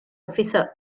އޮފިސަރ